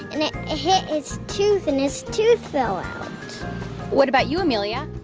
and it ah hit his tooth, and his tooth fell out what about you, amelia?